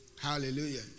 Hallelujah